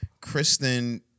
Kristen